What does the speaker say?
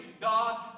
God